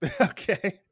Okay